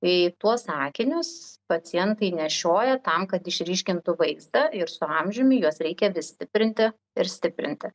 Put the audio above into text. į tuos sakinius pacientai nešioja tam kad išryškintų vaizdą ir su amžiumi juos reikia vis stiprinti ir stiprinti